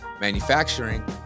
manufacturing